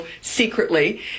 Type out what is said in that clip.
secretly